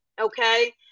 Okay